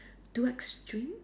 two extreme